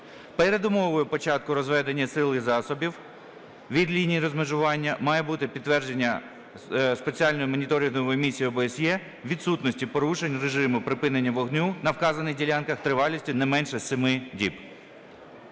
Передумовою початку розведення сил і засобів від лінії розмежування має бути підтвердження Спеціальної моніторингової місії ОБСЄ відсутності порушень режиму припинення вогню на вказаних ділянках тривалістю не менше 7 діб.